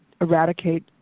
eradicate